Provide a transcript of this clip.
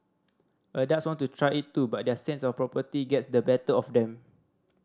adults want to try it too but their sense of propriety gets the better of them